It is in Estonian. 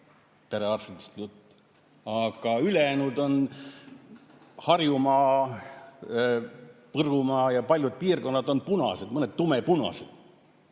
on jutt –, aga ülejäänud, Harjumaa, Võrumaa ja paljud piirkonnad on punased, mõned tumepunased.